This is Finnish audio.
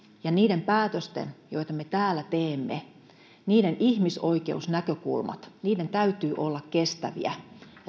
ja niiden päätösten joita me täällä teemme ihmisoikeusnäkökulmien täytyy olla kestäviä ja